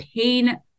pain